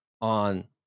on